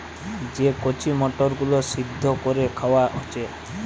যে কচি মটর গুলো সিদ্ধ কোরে খাওয়া হচ্ছে